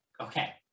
okay